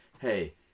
hey